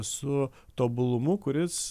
su tobulumu kuris